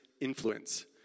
influence